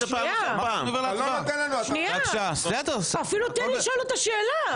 אתה אפילו לא נותן לשאול אותה שאלה.